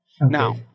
Now